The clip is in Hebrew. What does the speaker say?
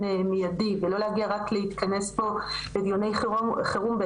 מידי ולא להגיע רק להתכנס פה לדיוני חירום,